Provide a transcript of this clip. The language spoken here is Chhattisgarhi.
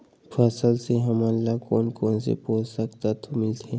फसल से हमन ला कोन कोन से पोषक तत्व मिलथे?